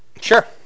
Sure